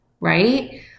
right